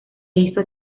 hizo